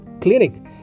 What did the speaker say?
clinic